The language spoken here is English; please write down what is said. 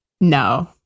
No